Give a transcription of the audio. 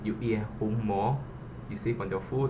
you eat at home more you save from your food